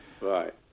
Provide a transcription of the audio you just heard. Right